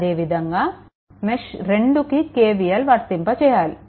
అదే విధంగా మెష్2కి KVLని వర్తింప చేయాలి